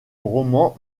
roman